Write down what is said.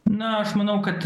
na aš manau kad